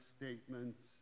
statements